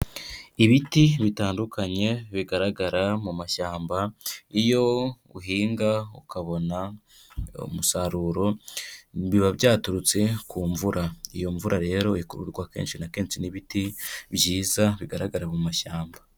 Ibiti bitandukanye bigaragara mu mashyamba, iyo uhinga ukabona umusaruro biba byaturutse ku mvura, iyo mvura rero ikururwa kenshi na kenshi n'ibiti byiza bigaragara mu mashyamba.